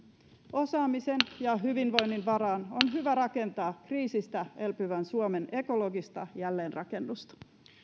osaamisen ja hyvinvoinnin varaan on hyvä rakentaa kriisistä elpyvän suomen ekologista jälleenrakennusta